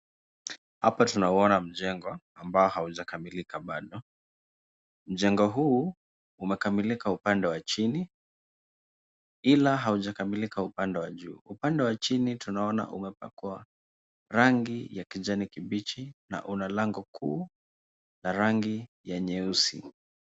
Hapa tunauona mjengo ambao haujakamilika bado. Mjengo huu umekamilika upande wa chini ila haujakamilika upande wa juu. Upande wa chini tunaona umepakwa rangi ya kijani kibichi na una lango kuu la rangi ya nyeusi.